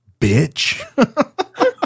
bitch